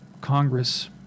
Congress